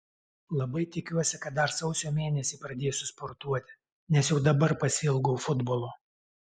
labai tikiuosi kad dar sausio mėnesį pradėsiu sportuoti nes jau dabar pasiilgau futbolo